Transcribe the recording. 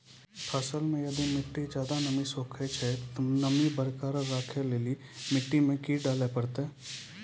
फसल मे यदि मिट्टी ज्यादा नमी सोखे छै ते नमी बरकरार रखे लेली मिट्टी मे की डाले परतै?